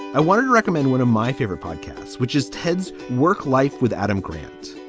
i wanted to recommend one of my favorite podcasts, which is ted's work life with adam grant.